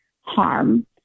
harm